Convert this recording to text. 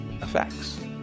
effects